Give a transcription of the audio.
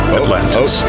Atlantis